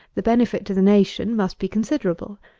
the benefit to the nation must be considerable.